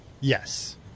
Yes